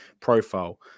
profile